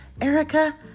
Erica